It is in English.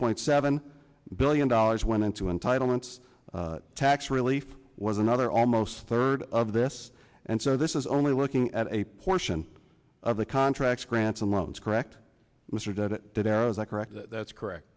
point seven billion dollars went into entitlements tax relief was another almost third of this and so this is only looking at a portion of the contracts grants and loans correct mr that did arrows i correct that's correct